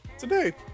Today